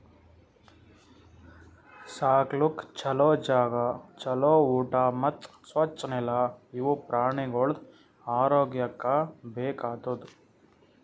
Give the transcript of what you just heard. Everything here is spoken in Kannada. ಸಾಕ್ಲುಕ್ ಛಲೋ ಜಾಗ, ಛಲೋ ಊಟಾ ಮತ್ತ್ ಸ್ವಚ್ ನೆಲ ಇವು ಪ್ರಾಣಿಗೊಳ್ದು ಆರೋಗ್ಯಕ್ಕ ಬೇಕ್ ಆತುದ್